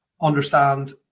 understand